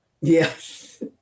Yes